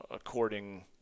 according